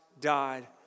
died